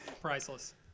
Priceless